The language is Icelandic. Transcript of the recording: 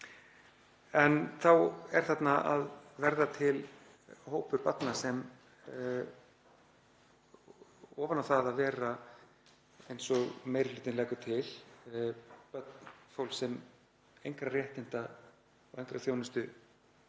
Þá er þarna að verða til hópur barna sem, ofan á það að vera, eins og meiri hlutinn leggur til, fólk sem engra réttinda og engrar þjónustu